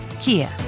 Kia